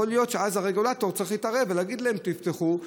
יכול להיות שאז הרגולטור צריך להתערב ולהגיד להן: תפתחו,